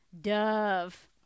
Dove